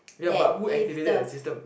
ya but who activated the system